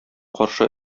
каршы